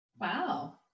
Wow